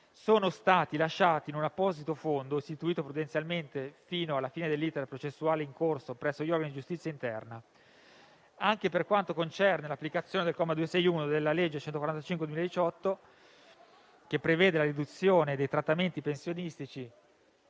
sono stati lasciati in un apposito fondo istituito prudenzialmente fino alla fine dell'*iter* processuale in corso presso gli organi di giustizia interna. Anche per quanto concerne l'applicazione del comma 261 della legge n. 145 del 2018, che prevede la riduzione dei trattamenti pensionistici